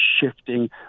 shifting